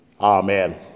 Amen